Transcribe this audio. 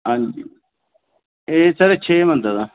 हां जी ते सर छे बंदे दा